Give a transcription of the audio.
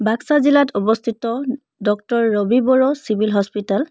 বাক্সা জিলাত অৱস্থিত doctor Rabi Boro civil hospital